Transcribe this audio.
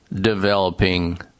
developing